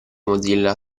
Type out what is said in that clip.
mozilla